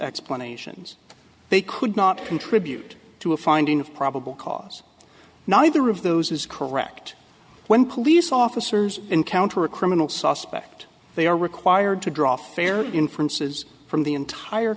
explanations they could not contribute to a finding of probable cause neither of those is correct when police officers encounter a criminal suspect they are required to draw fair inferences from the entire